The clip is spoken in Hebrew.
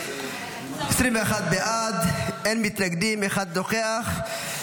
21 בעד, אין מתנגדים, אחד נוכח.